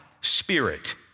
spirit